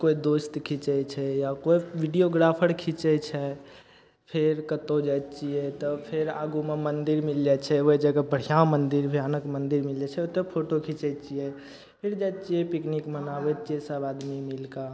कोइ दोस्त खीचय छै या कोइ वीडिओ ग्राफर खीचय छै फेर कत्तौ जाइ छियै तब फेर आगूमे मन्दिर मिल जाइ छै ओइ जगह बढ़िआँ मन्दिर भयानक मन्दिर मिल जाइ छै तऽ फोटो खीचय छियै फिर जाइ छियै पिकनिक मनाबय छियै सब आदमी मिलकऽ